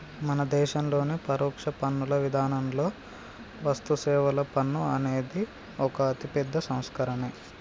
మన దేశంలోని పరోక్ష పన్నుల విధానంలో వస్తుసేవల పన్ను అనేది ఒక అతిపెద్ద సంస్కరనే